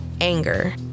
Anger